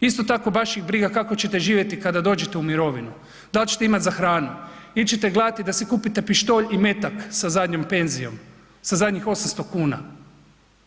Isto tako, baš ih briga kako ćete živjeti kada dođete u mirovinu, da li ćete imati za hranu ili ćete gledati da si kupite pištolj i metak sa zadnjom penzijom, sa zadnjih 800 kuna